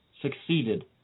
succeeded